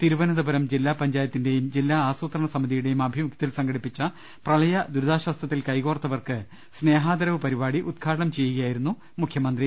തിരുവനന്തപുരം ജില്ലാ പഞ്ചായത്തിന്റെയും ജില്ലാ ആസൂത്രണ സമിതിയുടെയും ആഭി മുഖ്യത്തിൽ സംഘടിപ്പിച്ച പ്രപളയ ദുരിതാശ്വാസത്തിൽ കൈകോർത്തവർക്ക് സ്നേഹാദരവ് പരിപാടി ഉദ്ഘാടനം ചെയ്യുകയായിരുന്നു അദ്ദേഹം